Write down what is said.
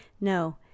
No